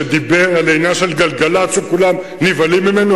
שדיבר על העניין של "גלגל"צ" וכולם נבהלים ממנו.